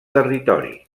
territori